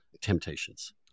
temptations